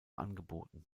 angeboten